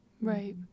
Right